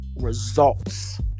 results